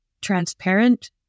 transparent